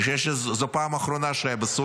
אני חושב שזו הייתה הפעם האחרונה שהוא היה בסופר,